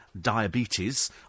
diabetes